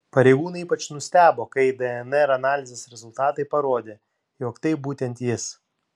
pareigūnai ypač nustebo kai dnr analizės rezultatai parodė jog tai būtent jis